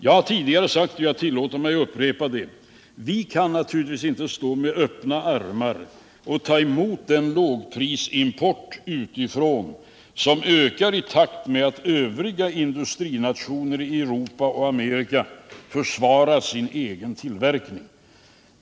Jag har tidigare sagt, och jag tillåter mig att upprepa det: Vi kan inte stå med öppna armar och ta emot den lågprisimport utifrån som ökar i takt med att övriga industrinationer i Europa och Amerika försvarar sin egen tillverkning.